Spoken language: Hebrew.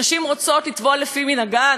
נשים רוצות לטבול לפי מנהגן?